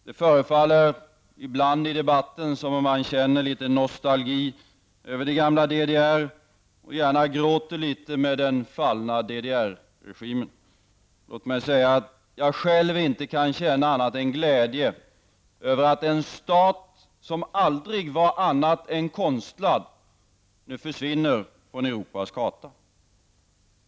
Det förefaller ibland i debatten som om man känner litet nostalgi över det gamla DDR och gärna gråter litet med den fallna DDR-regimen. Låt mig säga att jag själv inte kan känna annat än glädje över att en stat som aldrig var annat än konstlad nu försvinner från Europas karta.